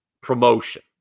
promotion